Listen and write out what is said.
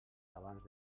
abans